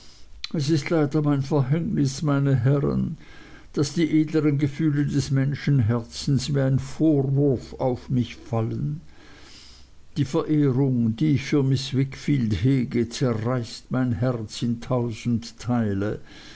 es ist leider mein verhängnis meine herren daß die edlern gefühle des menschenherzens wie ein vorwurf auf mich fallen die verehrung die ich für miß wickfield hege zerreißt mein herz in tausend teile